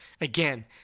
Again